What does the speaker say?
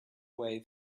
way